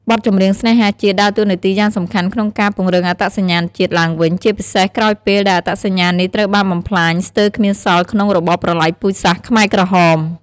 បទចម្រៀងស្នេហាជាតិដើរតួនាទីយ៉ាងសំខាន់ក្នុងការ ពង្រឹងអត្តសញ្ញាណជាតិ ឡើងវិញ ជាពិសេសក្រោយពេលដែលអត្តសញ្ញាណនេះត្រូវបានបំផ្លាញស្ទើរគ្មានសល់ក្នុងរបបប្រល័យពូជសាសន៍ខ្មែរក្រហម។